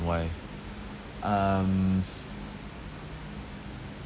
why um